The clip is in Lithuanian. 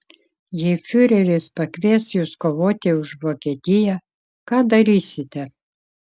jei fiureris pakvies jus kovoti už vokietiją ką darysite